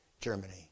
Germany